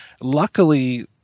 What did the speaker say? luckily